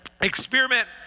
experiment